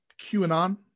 QAnon